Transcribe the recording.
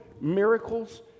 miracles